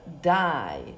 die